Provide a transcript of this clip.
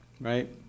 Right